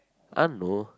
I don't know